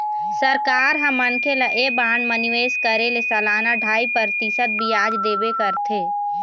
सरकार ह मनखे ल ऐ बांड म निवेश करे ले सलाना ढ़ाई परतिसत बियाज देबे करथे